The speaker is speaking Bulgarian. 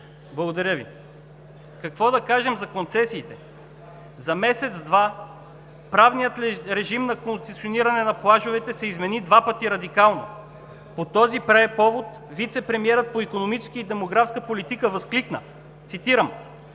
Благодаря Ви. Какво да кажем за концесиите? За месец-два правният режим на концесиониране на плажовете се измени два пъти радикално. По този повод вицепремиерът по икономическа и демографска политика възкликна, цитирам: